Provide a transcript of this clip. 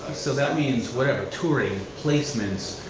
so that means, whatever, touring, placements,